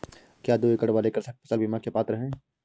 क्या दो एकड़ वाले कृषक फसल बीमा के पात्र हैं?